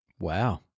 Wow